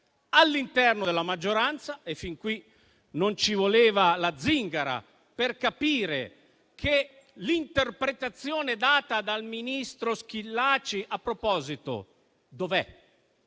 all'interno della maggioranza e non ci voleva la zingara per capire l'interpretazione data dal ministro Schillaci. A proposito, dov'è